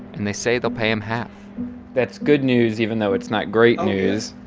and they say they'll pay him half that's good news even though it's not great news